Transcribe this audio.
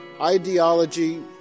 ideology